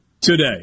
today